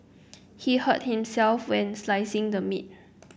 he hurt himself when slicing the meat